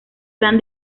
plan